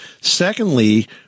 Secondly